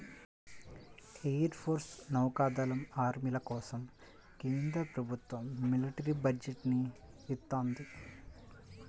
air force, నౌకా దళం, ఆర్మీల కోసం కేంద్ర ప్రభుత్వం మిలిటరీ బడ్జెట్ ని ఇత్తంది